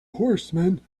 horsemen